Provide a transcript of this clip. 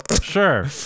sure